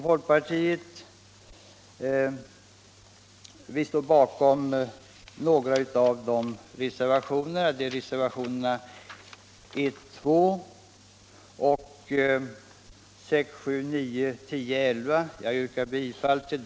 Folkpartiet står bakom några av reservationerna vid utskottets betänkande, nämligen 1, 2, 6, 7, 9, 10 och 11, vilka jag yrkar bifall till.